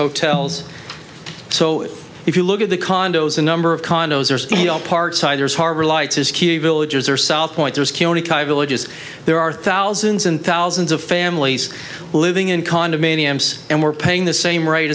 hotels so if you look at the condos a number of condos are part siders harbor lights is key villages or south point villages there are thousands and thousands of families living in condominiums and we're paying the same r